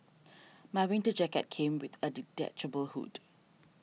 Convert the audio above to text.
my winter jacket came with a detachable hood